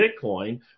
Bitcoin